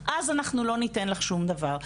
אז אנחנו לא ניתן לך שום דבר.